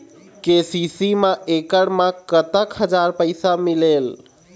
KCC मा एकड़ मा कतक हजार पैसा मिलेल?